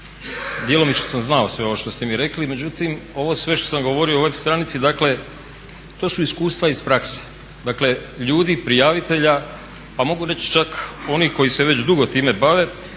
djelomično sam znao sve ovo što ste mi rekli. Međutim, ovo sve što sam govorio o web stranici, dakle to su iskustva iz prakse. Dakle, ljudi prijavitelja pa mogu reći čak oni koji se već dugo time bave